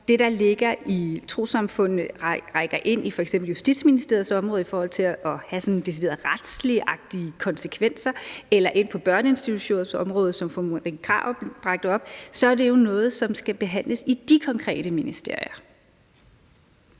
det, der så ligger i trossamfundene, rækker ind i f.eks. Justitsministeriets område i forhold til at have sådan deciderede retsligagtige konsekvenser eller ind på børneinstitutionsområdet, som fru Marie Krarup bragte op, så er det jo noget, som skal behandles i de konkrete ministerier.